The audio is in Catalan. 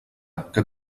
que